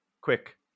quick